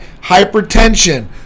Hypertension